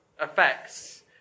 effects